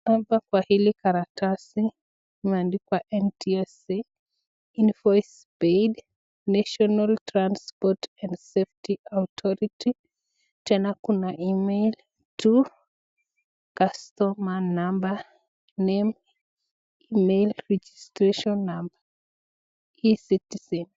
Hapa kwa hili karatasi imeandikwa NTSA (cs)invoice Paid (cs) ,(cs)National Transport and Septic Authority (cs) ,tena kuna (cs)email (cs) juu (cs) customer number ,name mail ,registration na e_citizen(cs).